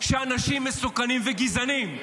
שאנשים מסוכנים וגזענים,